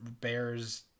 Bears